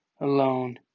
alone